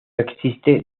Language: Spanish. existe